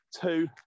two